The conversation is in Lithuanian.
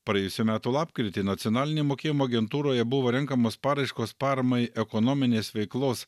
praėjusių metų lapkritį nacionalinėj mokėjimo agentūroje buvo renkamos paraiškos paramai ekonominės veiklos